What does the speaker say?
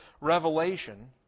revelation